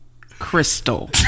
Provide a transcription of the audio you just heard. Crystal